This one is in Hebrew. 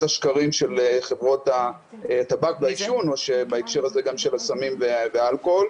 השקרים של חברות הטבק והעישון בהקשר הזה גם של הסמים והאלכוהול.